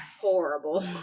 horrible